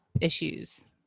issues